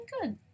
good